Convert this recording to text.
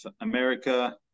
America